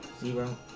Zero